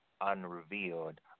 unrevealed